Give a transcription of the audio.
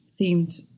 themed